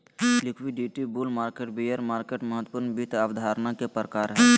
liquidity, bull market, bear market महत्वपूर्ण वित्त अवधारणा के प्रकार हय